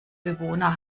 bewohner